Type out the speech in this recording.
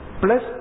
plus